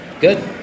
Good